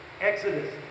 Exodus